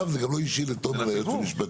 לא ייחתך היום שום